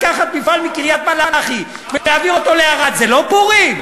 לקחת מפעל מקריית-מלאכי ולהעביר אותו לערד זה לא פורים?